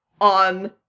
on